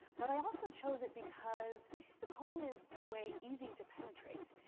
but i also chose it because the poem is, in a way, easy to penetrate.